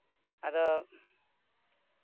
ᱟᱫᱚ